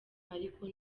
ariko